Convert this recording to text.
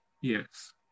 Yes